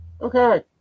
Okay